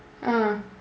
ah